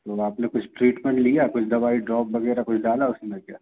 तो आपने कुछ ट्रीटमेंट लिया कुछ दवाई ड्रॉप वगैरह कोई डाला उसमें क्या